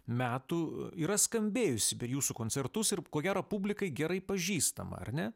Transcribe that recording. metų yra skambėjusi per jūsų koncertus ir ko gero publikai gerai pažįstama ar ne